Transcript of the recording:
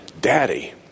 daddy